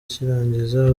cy’irangiza